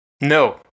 No